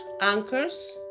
anchors